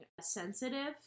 sensitive